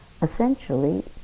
essentially